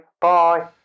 Bye